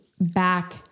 back